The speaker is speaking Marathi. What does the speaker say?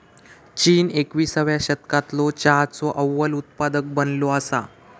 चीन एकविसाव्या शतकालो चहाचो अव्वल उत्पादक बनलो असा